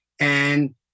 and-